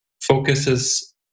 focuses